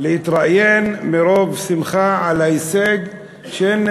להתראיין מרוב שמחה על ההישג שהנה